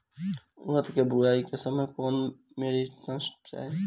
उरद के बुआई के समय कौन नौरिश्मेंट चाही?